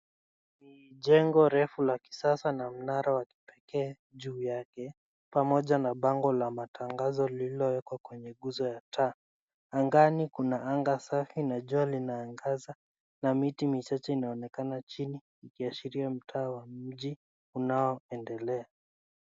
Ni jengo refu la kisasa na mnara wa kipekee juu yake pamoja na bango la matangazo lililowekwa kwenye guzo ya taa. Angani kuna anga safi na jua linaangaza na miti michache inaonekana chini ikiashiria mtaa wa mji unaoendelea.